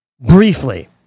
briefly